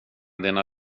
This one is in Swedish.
dina